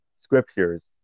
scriptures